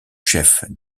chefs